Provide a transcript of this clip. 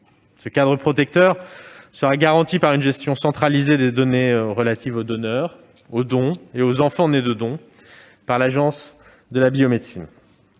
Ce cadre protecteur sera garanti par une gestion centralisée des données relatives aux donneurs, aux dons et aux enfants nés de dons par l'Agence de la biomédecine.